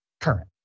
current